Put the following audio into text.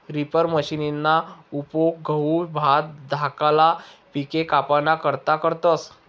reaper मशिनना उपेग गहू, भात धाकला पिके कापाना करता करतस